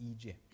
egypt